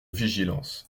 vigilance